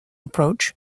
approach